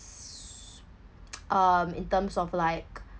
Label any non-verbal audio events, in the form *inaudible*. *noise* um in terms of like